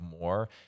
more